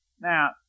Now